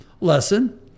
lesson